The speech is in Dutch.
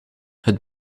het